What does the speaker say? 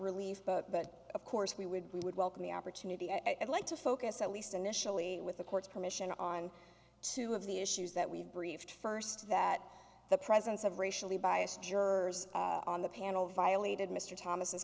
relieved but of course we would we would welcome the opportunity and i'd like to focus at least initially with the court's permission on two of the issues that we've briefed first that the presence of racially biased jurors on the panel violated mr thomas